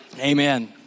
Amen